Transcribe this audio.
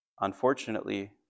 Unfortunately